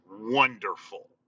wonderful